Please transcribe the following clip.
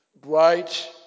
bright